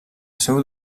seu